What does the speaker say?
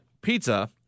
pizza